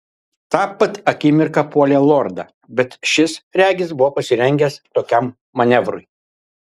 tą pat akimirką puolė lordą bet šis regis buvo pasirengęs tokiam manevrui